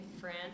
France